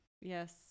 Yes